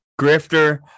grifter